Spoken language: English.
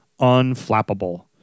unflappable